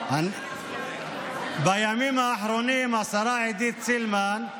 בימים האחרונים, השרה עידית סילמן,